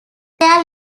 their